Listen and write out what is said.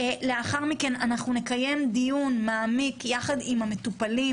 לאחר מכן נקיים דיון מעמיק יחד עם המטופלים